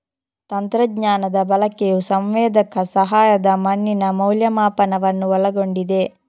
ತಂತ್ರಜ್ಞಾನದ ಬಳಕೆಯು ಸಂವೇದಕ ಸಹಾಯದ ಮಣ್ಣಿನ ಮೌಲ್ಯಮಾಪನವನ್ನು ಒಳಗೊಂಡಿದೆ